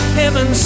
heaven